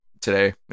today